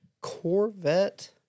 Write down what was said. Corvette